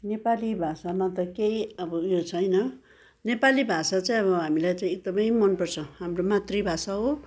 नेपाली भाषामा त केही अब उयो छैन नेपाली भाषा चाहिँ अब हामीलाई चाहिँ एकदमै मनपर्छ हाम्रो मातृभाषा हो